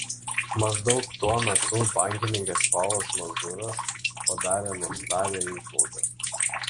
maždaug tuo metu bankininkas paulas mazuras padarė nuostabią įžvalgą